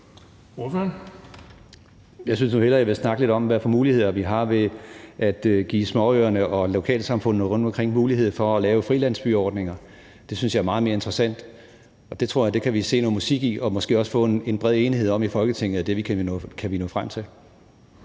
Jeg synes nu hellere, jeg vil snakke lidt om, hvad for muligheder vi har ved at give småøerne og lokalsamfundene rundtomkring mulighed for at lave frilandsbyordninger. Det synes jeg er meget mere interessant. Det tror jeg vi kan se noget musik i og måske også få en bred enighed om i Folketinget at vi kan nå frem til.